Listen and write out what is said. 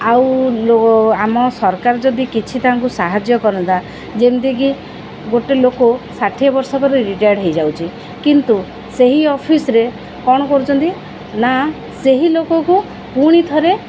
ଆଉ ଆମ ସରକାର ଯଦି କିଛି ତାଙ୍କୁ ସାହାଯ୍ୟ କରନ୍ତା ଯେମିତିକି ଗୋଟେ ଲୋକ ଷାଠିଏ ବର୍ଷ ପରେ ରିଟାୟାର୍ଡ଼ ହେଇଯାଉଛି କିନ୍ତୁ ସେହି ଅଫିସରେ କ'ଣ କରୁଛନ୍ତି ନା ସେହି ଲୋକକୁ ପୁଣି ଥରେ